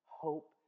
hope